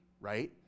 right